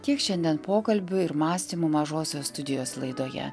tiek šiandien pokalbių ir mąstymų mažosios studijos laidoje